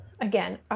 again